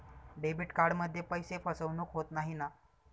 Debit कार्डमध्ये पैसे फसवणूक होत नाही ना?